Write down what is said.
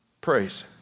Praise